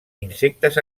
insectes